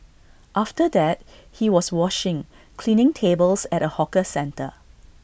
after that he was washing cleaning tables at A hawker centre